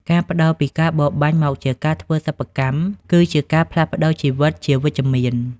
ការប្តូរពីការបរបាញ់មកជាការធ្វើសិប្បកម្ម គឺជាការផ្លាស់ប្តូរជីវិតជាវិជ្ជមាន។